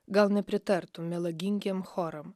gal nepritartum melagingiem choram